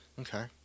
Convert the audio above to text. Okay